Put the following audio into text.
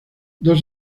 dos